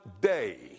day